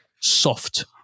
Soft